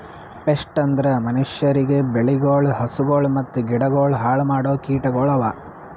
pest ಅಂದುರ್ ಮನುಷ್ಯರಿಗ್, ಬೆಳಿಗೊಳ್, ಹಸುಗೊಳ್ ಮತ್ತ ಗಿಡಗೊಳ್ ಹಾಳ್ ಮಾಡೋ ಕೀಟಗೊಳ್ ಅವಾ